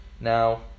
Now